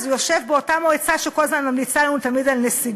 אז הוא ישב באותה מועצה שכל הזמן ממליצה לנו על נסיגות,